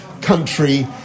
country